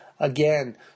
Again